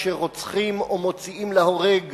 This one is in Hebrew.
כשרוצחים או מוציאים להורג